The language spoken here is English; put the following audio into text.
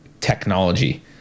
technology